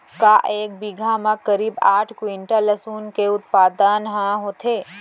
का एक बीघा म करीब आठ क्विंटल लहसुन के उत्पादन ह होथे?